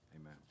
amen